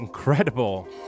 incredible